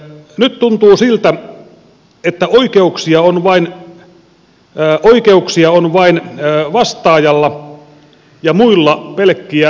nyt tuntuu siltä että oikeuksia on vain vastaajalla ja muilla pelkkiä velvollisuuksia